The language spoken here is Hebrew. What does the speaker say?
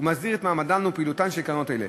ומסדיר את מעמדן ופעילותן של קרנות אלה.